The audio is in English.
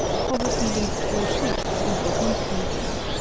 poverty leads to all sorts of evil consequences.